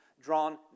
drawn